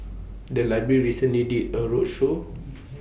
The Library recently did A roadshow